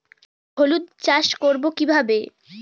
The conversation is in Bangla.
হলুদ চাষ করব কিভাবে?